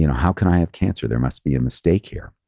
you know how can i have cancer? there must be a mistake here.